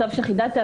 טוב שחידדת.